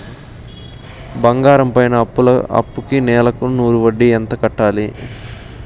బంగారం పైన అప్పుకి నెలకు నూరు వడ్డీ ఎంత కట్టాలి?